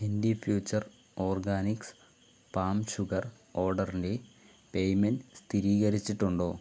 എന്റെ Future Organics palm sugar ഓർഡറിന്റെ payment സ്ഥിരീകരിച്ചിട്ടുണ്ടോ